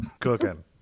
cooking